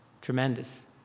tremendous